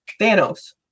Thanos